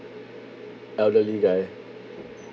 elderly guy